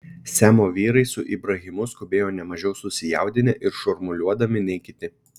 semo vyrai su ibrahimu skubėjo ne mažiau susijaudinę ir šurmuliuodami nei kiti